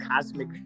cosmic